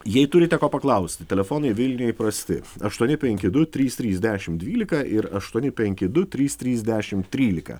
jei turite ko paklausti telefonai vilniuje įprasti aštuoni penki du trys trys dešim dvylika ir aštuoni penki du trys trys dešim trylika